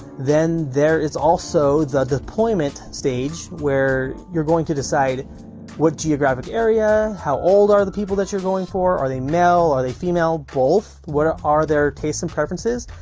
then there is also the deployment stage where you're going to decide what geographic area, how old are the people that you're going for, are they male, are they female, both. what ah are their tastes and preferences.